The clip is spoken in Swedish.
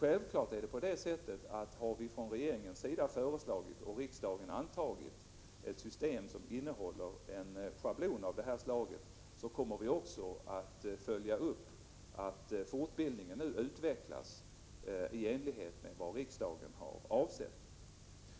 Självfallet är det dock så att om vi från regeringens sida har föreslagit och riksdagen har antagit ett system som innehåller en schablon av detta slag, så kommer vi också att följa upp att fortbildningen utvecklas i enlighet med vad riksdagen har avsett.